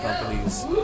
companies